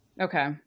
okay